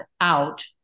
out